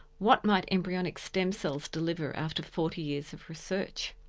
what might embryonic stem cells deliver after forty years of research?